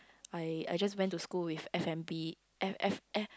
I I just went to school with F and B_F_F F